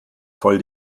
voll